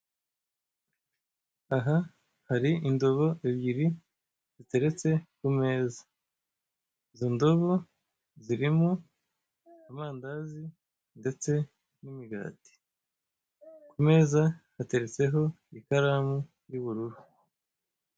Aha, hari indobo ebyiri ziteretse ku meza, izo ndobo zirimo amandazi ndetse n'imigati; ku meza hateretse ho ikaramu y'ubururu.